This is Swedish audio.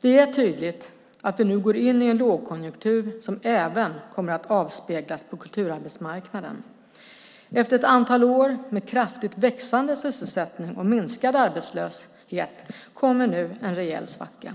Det är tydligt att vi nu går in i en lågkonjunktur som även kommer att avspeglas på kulturarbetsmarknaden. Efter ett antal år med kraftigt växande sysselsättning och minskad arbetslöshet kommer nu en rejäl svacka.